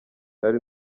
ari